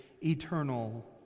eternal